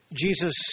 Jesus